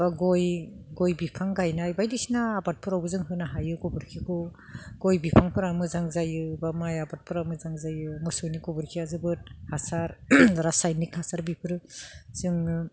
बा गय बिफां गायनाय बायदिसिना आबादफोरावबो जों होनो हायो गोबोरखिखौ गय बिफांफोरा मोजां जायो बा माइ आबादफोरा मोजां जायो मोसौनि गोबोरखिया जोबोद हासार रासायनिक हासार बेफोरो जोङो